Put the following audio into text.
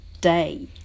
day